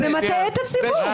זה מטעה את הציבור.